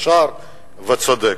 ישר וצודק.